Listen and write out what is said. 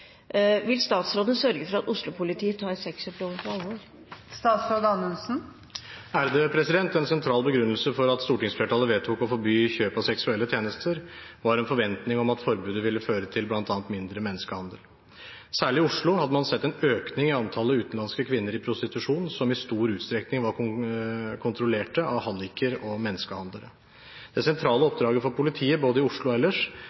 Vil statsråden sørge for at Oslo-politiet tar sexkjøpsloven på alvor?» En sentral begrunnelse for at stortingsflertallet vedtok å forby kjøp av seksuelle tjenester, var en forventning om at forbudet bl.a. ville føre til mindre menneskehandel. Særlig i Oslo hadde man sett en økning i antallet utenlandske kvinner i prostitusjon som i stor utstrekning var kontrollert av halliker og menneskehandlere. Det sentrale oppdraget for politiet både i Oslo og ellers